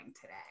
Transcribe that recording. today